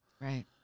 right